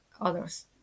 others